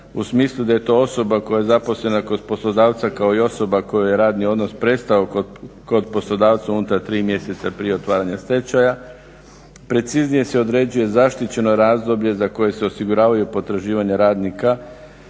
u smislu da je to osoba koja je zaposlena kod poslodavca kao i osoba kojoj je radni odnos prestao kod poslodavca unutar 3 mjeseca prije otvaranja stečaja, preciznije se određuje zaštićeno razdoblje za koje se osiguravaju potraživanja radnika